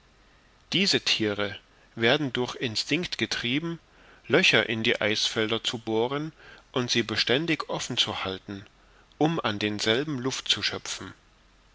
diese thiere werden durch instinct getrieben löcher in die eisfelder zu bohren und sie beständig offen zu halten um an denselben luft zu schöpfen